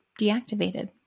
deactivated